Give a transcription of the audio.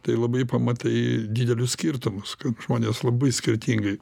tai labai pamatai didelius skirtumus kaip žmonės labai skirtingai